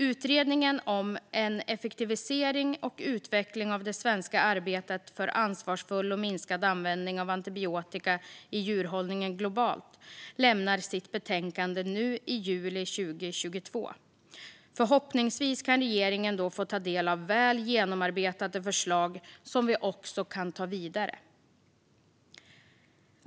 Utredningen om en effektivisering och utveckling av det svenska arbetet för ansvarsfull och minskad användning av antibiotika i djurhållningen globalt lämnar sitt betänkande nu i juli 2022. Förhoppningsvis kan regeringen då få ta del av väl genomarbetade förslag som vi också kan ta vidare.